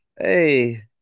Hey